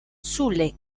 sulle